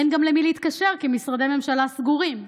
אין גם למי להתקשר, כי משרדי הממשלה סגורים.